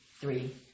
Three